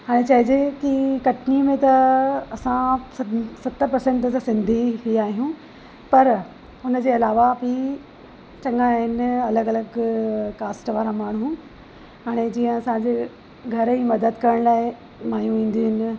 हाणे चइजे कि कटनीअ में त असां सत सतरि परसेंट त सिंधी ई आहियूं पर हुन जे अलावा बि चङा आहिनि अलॻि अलॻि कास्ट वारा माण्हू हाणे जीअं असांजे घर ई मदद करण लाइ माइयूं ईंदी आहिनि